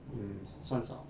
mm 算少 lah